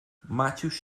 maciuś